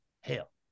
Hell